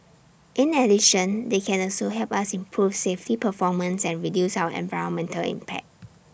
in addition they can also help us improve safety performance and reduce our environmental impact